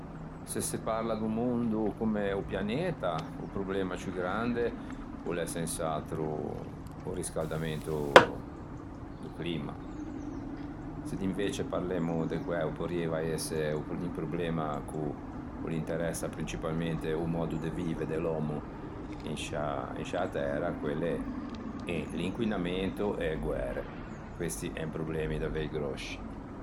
Se se parla do mondo comme o pianeta o problema ciù grande o l'é sens'atro o riscaldamento do climma, se d'invece parlemmo de quæ o porrieiva ëse o problema ch'o l'interessa principalmente o mòddo de vive de l'òmmo in sciâ in sciâ tæra quelle en l'inquinamento e e guære. Questi en problemi davei gròsci.